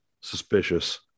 suspicious